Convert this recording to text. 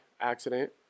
accident